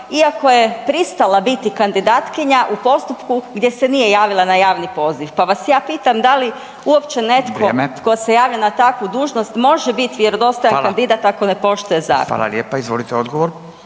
iako je pristala biti kandidatkinja u postupku gdje se nije javila na javni poziv pa vas ja pitam da li uopće netko… …/Upadica Radin: Vrijeme./… … tko se javlja na takvu dužnost može biti vjerodostojan kandidat ako ne poštuje zakone. **Radin, Furio